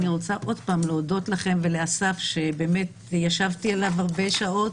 אני רוצה עוד פעם להודות לכם ולאסף שבאמת ישבתי עליו הרבה שעות